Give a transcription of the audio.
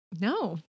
No